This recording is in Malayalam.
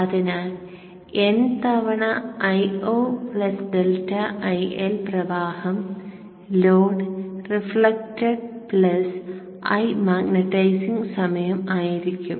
അതിനാൽ n തവണ Io plus delta I L പ്രവാഹം ലോഡ് റിഫ്ലക്ടഡ് പ്ലസ് I മാഗ്നറ്റൈസിംഗിന് സമമായിരിക്കും